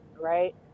right